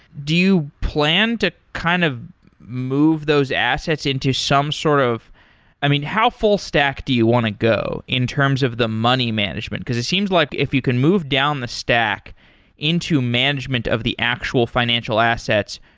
do you plan to kind of move those assets into some sort of i mean, how full stack do you want to go in terms of the money management? because it seems like if you can move down the stack into management of the actual financial assets,